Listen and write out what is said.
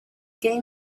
game